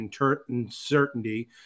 uncertainty